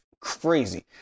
crazy